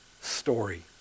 story